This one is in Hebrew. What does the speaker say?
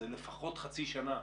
זה לפחות חצי שנה,